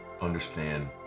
understand